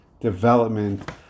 development